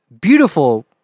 beautiful